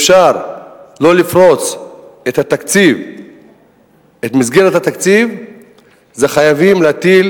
אפשר לא לפרוץ את מסגרת התקציב היא: חייבים להטיל